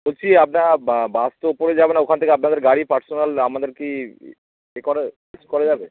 বলছি আপনার বা বাস তো উপরে যাবে না ওখান থেকে আপনাদের গাড়ি পার্সোনাল আমাদের কি ই ই করা কিছু করা যাবে